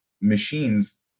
machines